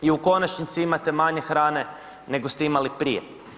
I u konačnici imate manje hrane nego ste imali prije.